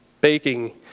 baking